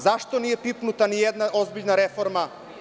Zašto nije pipnuta nijedna ozbiljna reforma?